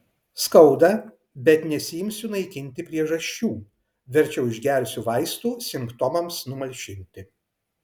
skauda bet nesiimsiu naikinti priežasčių verčiau išgersiu vaistų simptomams numalšinti